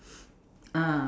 ah